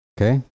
Okay